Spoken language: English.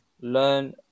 learn